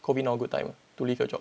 COVID not a good time to leave your job